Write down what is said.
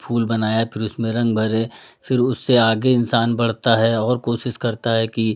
फूल बनाया फिर उसमें रंग भरे फिर उससे आगे इंसान बढ़ता है और कोशिश करता है कि